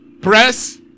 Press